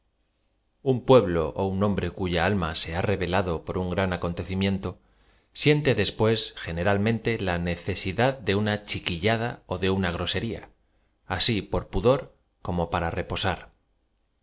un pueblo ó un hombre cuya alm a se ha revelado por un gran acontecimiento siente después general mente ia necesidad de una chiquillada ó de una groge ria asi por pudor como para repoaar